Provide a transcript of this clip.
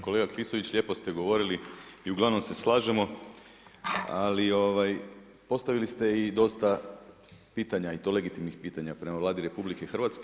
Kolega Klisović lijepo ste govorili i uglavnom se slažemo, ali postavili ste i dosta pitanja i to legitimnih pitanja prema Vladi RH.